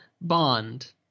Bond